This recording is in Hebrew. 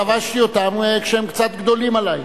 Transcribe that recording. לבשתי אותם כשהם קצת גדולים עלי.